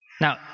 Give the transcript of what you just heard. Now